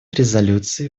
резолюций